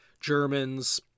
Germans